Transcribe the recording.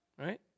right